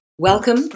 Welcome